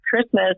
Christmas